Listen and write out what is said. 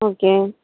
okay